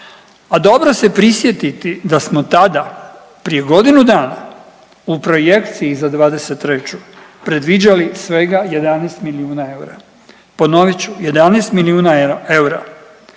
a dobro se prisjetiti da smo tada prije godinu dana u projekciji za '23. predviđali svega 11 milijuna eura, ponovit ću, 11 milijuna eura,